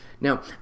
Now